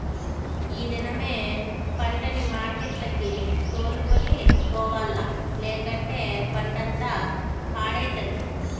ఈ దినమే పంటని మార్కెట్లకి తోలుకొని పోవాల్ల, లేకంటే పంటంతా పాడైతది